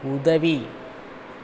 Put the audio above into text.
உதவி